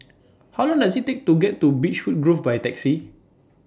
How Long Does IT Take to get to Beechwood Grove By Taxi